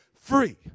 free